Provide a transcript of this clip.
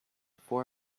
four